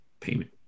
payment